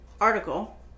article